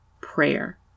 prayer